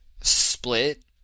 split